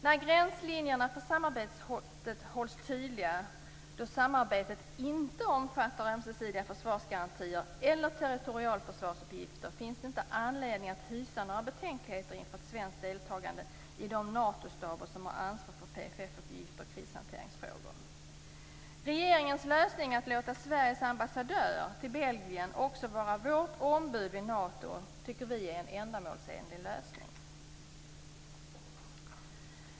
När gränslinjerna för samarbetet hålls tydliga och då samarbetet inte omfattar ömsesidiga försvarsgarantier eller territorialförsvarsuppgifter finns det inte anledning att hysa några betänkligheter inför ett svenskt deltagande i de Natostaber som har ansvar för PFF-uppgifter och krishanteringsfrågor. Regeringens lösning att låta Sveriges ambassadör i Belgien också vara Sveriges ombud i Nato tycker Centerpartiet är en ändamålsenlig lösning.